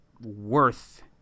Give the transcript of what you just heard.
worth